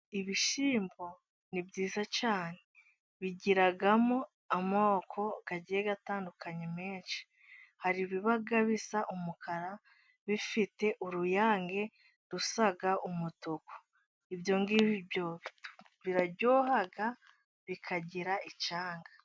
Ibishyimbo ni byiza cyane. Bigiramo amoko agiye atandukanye menshi. Hari ibiba bisa umukara, bifite uruyange rusa umutuku. Ibyo ngibyo biraryoha, bikagira icyanga.